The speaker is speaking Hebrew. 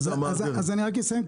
אז אני רק אסיים,